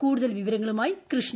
കൂടുതൽ വിവരങ്ങളുമായി കൃഷ്ണ